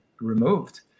removed